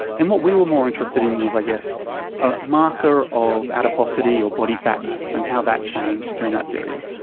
and what we were more interested in was i guess a marker of adiposity or body fatness and how that changed during that period,